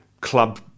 club